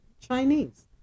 Chinese